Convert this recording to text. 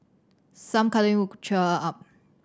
some cuddling could cheer her up